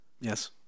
Yes